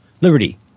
liberty